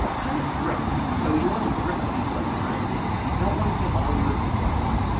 kind of drip. so you want to drip feed like an ivy. you don't want to get all your reviews at once.